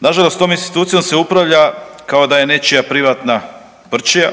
Nažalost tom institucijom se upravlja kao da je nečija privatna prčija,